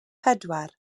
pedwar